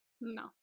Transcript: No